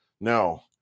No